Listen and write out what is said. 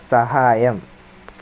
സഹായം